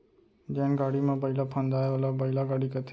जेन गाड़ी म बइला फंदाये ओला बइला गाड़ी कथें